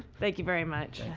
thank you very much.